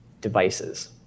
devices